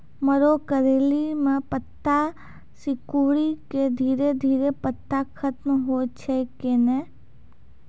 मरो करैली म पत्ता सिकुड़ी के धीरे धीरे पत्ता खत्म होय छै कैनै?